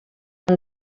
han